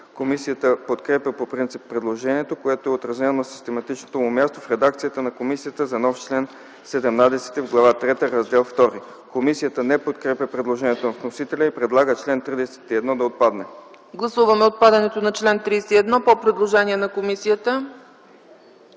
Комисията подкрепя по принцип предложението, което е отразено на систематичното му място в редакцията на комисията за нов чл. 17 в Глава трета, Раздел ІІ. Комисията не подкрепя предложението на вносителя и предлага чл. 31 да отпадне. ПРЕДСЕДАТЕЛ ЦЕЦКА ЦАЧЕВА: Гласуваме отпадането на чл. 31 по предложение на комисията.